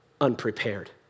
unprepared